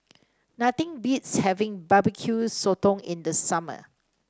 nothing beats having Barbecue Sotong in the summer